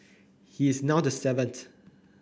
he is now the seventh